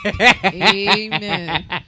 Amen